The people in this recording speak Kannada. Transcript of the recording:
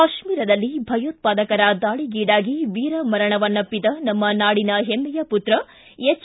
ಕಾಶ್ಮೀರದಲ್ಲಿ ಭಯೋತ್ಪಾದಕರ ದಾಳಿಗೀಡಾಗಿ ವೀರಮರಣವನ್ನಪ್ಪಿದ ನಮ್ಮ ನಾಡಿನ ಹೆಮ್ಮೆಯ ಪುತ್ರ ಎಚ್